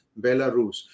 Belarus